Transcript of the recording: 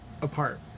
apart